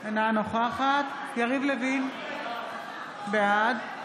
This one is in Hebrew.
אינה נוכחת יריב לוין, בעד